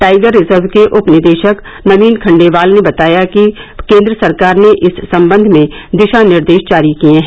tiger reserve के उप निदेशक नवीन खंडेलवाल ने बताया कि केंद्र सरकार ने इस संबंध में दिशानिर्देश जारी किए हैं